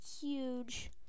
huge